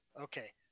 Okay